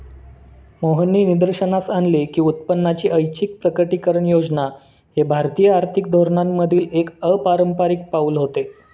मोहननी निदर्शनास आणले की उत्पन्नाची ऐच्छिक प्रकटीकरण योजना हे भारतीय आर्थिक धोरणांमधील एक अपारंपारिक पाऊल होते